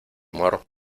amor